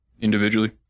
individually